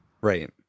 Right